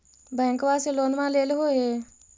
बैंकवा से लोनवा लेलहो हे?